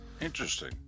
Interesting